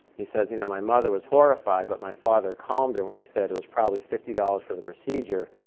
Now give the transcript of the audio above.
he says you know my mother was horrified, but my father calmed her when he said it was probably fifty dollars for the procedure.